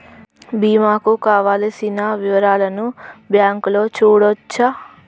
బీమా కు కావలసిన వివరాలను బ్యాంకులో చూడొచ్చా?